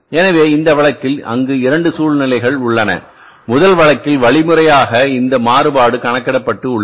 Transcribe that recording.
எனவே இந்த வழக்கில் அங்கு 2 சூழ்நிலைகள் உள்ளன முதல் வழக்கில் வழிமுறையாக இந்த மாறுபாடு கணக்கிட பட்டு உள்ளது